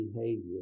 behavior